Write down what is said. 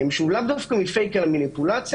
שהוא לאו דווקא --- על המניפולציה,